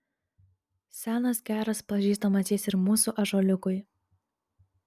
senas geras pažįstamas jis ir mūsų ąžuoliukui